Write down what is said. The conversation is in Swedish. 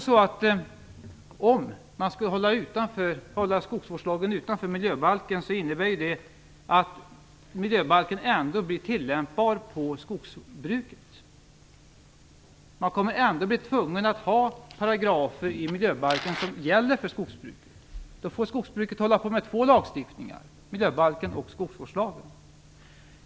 Även om man skall hålla skogsvårdslagen utanför miljöbalken innebär det att miljöbalken blir tillämpbar på skogbruket. Man kommer att bli tvungen att ha paragrafer i miljöbalken som gäller för skogsbruket, och då får skogsbruket hålla sig till två lagstiftningar, miljöbalken och skogsvårdslagen.